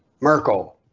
Merkel